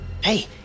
Hey